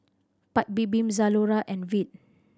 Paik Bibim Zalora and Veet